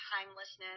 timelessness